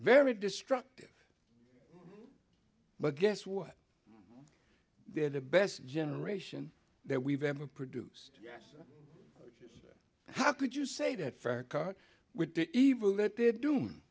very destructive but guess what they're the best generation that we've ever produced how could you say that for a car with the evil that they're doing